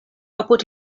apud